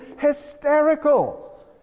hysterical